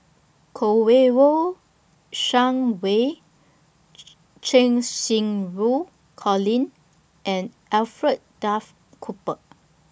Shang Wei Cheng Xinru Colin and Alfred Duff Cooper